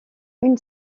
une